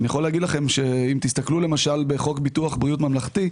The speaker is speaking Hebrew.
אם תסתכלו למשל בחוק ביטוח בריאות ממלכתי,